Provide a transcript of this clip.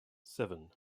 seven